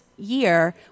Year